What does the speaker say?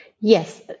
Yes